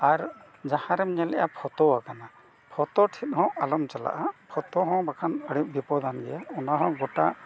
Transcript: ᱟᱨ ᱡᱟᱦᱟᱸᱨᱮᱢ ᱧᱮᱞ ᱮᱫᱟ ᱯᱷᱚᱛᱚ ᱟᱠᱟᱱᱟ ᱯᱷᱚᱛᱚ ᱴᱷᱮᱱ ᱦᱚᱸ ᱟᱞᱚᱢ ᱪᱟᱞᱟᱜᱼᱟ ᱯᱷᱚᱛᱚ ᱦᱚᱸ ᱵᱟᱠᱷᱟᱱ ᱟᱹᱰᱤ ᱵᱤᱯᱚᱫᱟᱱ ᱜᱮᱭᱟ ᱚᱱᱟ ᱦᱚᱸ ᱜᱚᱴᱟ